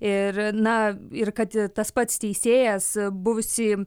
ir na ir kad tas pats teisėjas buvusį